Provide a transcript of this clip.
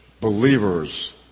believers